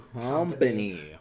company